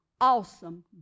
awesome